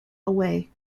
away